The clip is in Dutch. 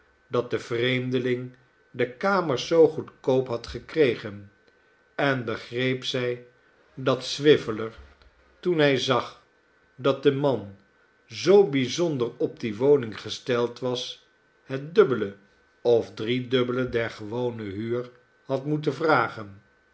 dat de vreemdeling de kamers zoo goedkoop had gekregen en begreep zij dat swiveller toen hij zag dat de man zoo bijzonder op die woning gesteld was het dubbele of driedubbele der gewone huur had moeten vragen